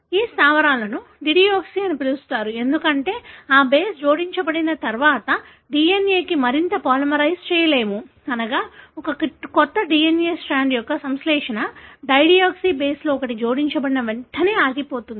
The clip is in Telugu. ఈ స్థావరాలను డిడియోక్సీ అని పిలుస్తారు ఎందుకంటే ఆ బేస్ జోడించబడిన తర్వాత DNA ని మరింత పాలిమరైజ్ చేయలేము అనగా ఒక కొత్త DNA స్ట్రాండ్ యొక్క సంశ్లేషణ డైడియోక్సీ బేస్లో ఒకటి జోడించబడిన వెంటనే ఆగిపోతుంది